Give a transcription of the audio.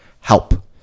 help